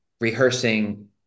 rehearsing